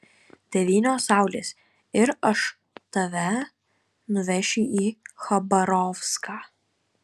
devynios saulės ir aš tave nuvešiu į chabarovską